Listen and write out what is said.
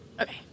Okay